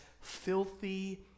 filthy